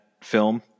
film